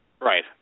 Right